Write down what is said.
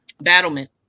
battlement